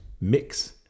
mix